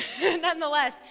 nonetheless